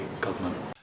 government